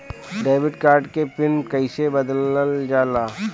Debit card के pin कईसे बदलल जाला?